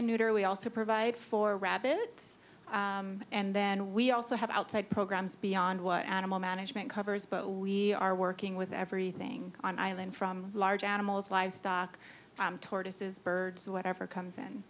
spam neuter we also provide for rabbits and then we also have outside programs beyond what animal management covers but we are working with everything on the island from large animals livestock tortoises birds whatever comes